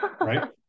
right